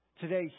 today